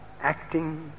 acting